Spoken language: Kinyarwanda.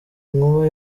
inkuba